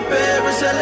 Paris